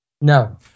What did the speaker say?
No